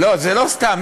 לא, זה לא סתם.